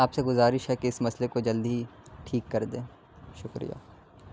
آپ سے گزارش ہے کہ اس مسئلے کو جلدی ہی ٹھیک کر دیں شکریہ